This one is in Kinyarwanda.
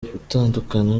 gutandukana